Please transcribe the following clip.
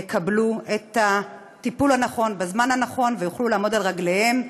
יקבלו את הטיפול הנכון בזמן הנכון ויוכלו לעמוד על רגליהם,